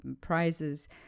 prizes